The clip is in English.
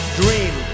dream